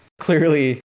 clearly